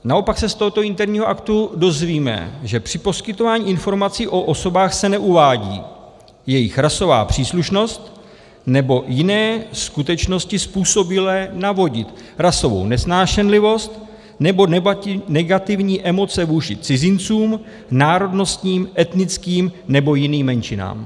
Naopak se z tohoto interního aktu dozvíme, že při poskytování informací o osobách se neuvádí jejich rasová příslušnost nebo jiné skutečnosti způsobilé navodit rasovou nesnášenlivost nebo negativní emoce vůči cizincům, národnostním, etnickým nebo jiným menšinám.